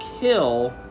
kill